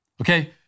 okay